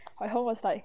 my whole world is like